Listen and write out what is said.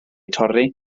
torri